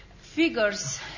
figures